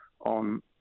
on